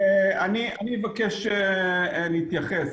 אני מבקש להתייחס.